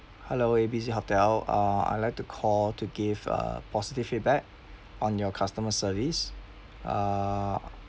hello A B C hotel uh I like to call to give a positive feedback on your customer service uh